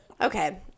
okay